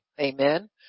Amen